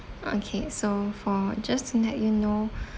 okay so for just to let you know